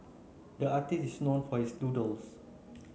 the artist is known for his doodles